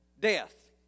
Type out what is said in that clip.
death